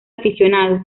aficionado